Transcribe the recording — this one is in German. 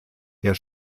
der